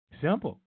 Simple